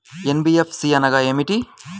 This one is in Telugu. ఎన్.బీ.ఎఫ్.సి అనగా ఏమిటీ?